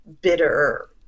bitter